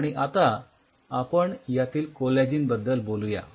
आणि आता आपण यातील कोलॅजिन बद्दल बोलूया